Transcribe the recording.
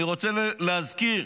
אני רוצה להזכיר